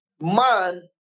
man